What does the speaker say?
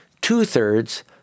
Two-thirds